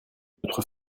notre